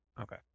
Okay